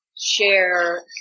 share